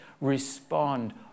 respond